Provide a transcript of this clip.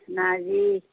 নাৰ্জি